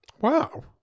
Wow